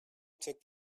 took